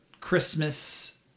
Christmas